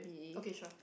okay sure